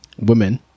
women